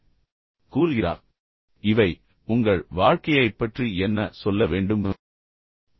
இவை ஒவ்வொன்றும் உங்களைப் பற்றியும் உங்கள் வாழ்க்கையைப் பற்றியும் என்ன சொல்ல வேண்டும் என்று நீங்கள் விரும்புகிறீர்கள்